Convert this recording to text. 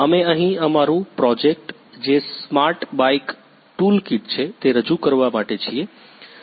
અમે અહીં અમારું પ્રોજેક્ટ જે સ્માર્ટ બાઇક ટૂલકિટ છે તે રજૂ કરવા માટે છીએ